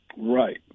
Right